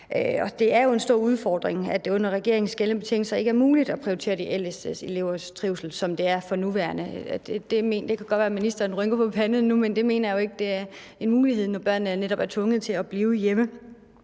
Og det er jo en stor udfordring, at det under regeringens gældende betingelser ikke er muligt at prioritere de ældste elevers trivsel, som det er for nuværende. Det kan godt være, at ministeren rynker panden nu, men det mener jeg jo ikke er en mulighed, når børnene netop er tvunget til at blive hjemme.